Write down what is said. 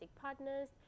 partners